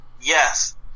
Yes